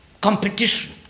competition